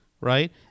right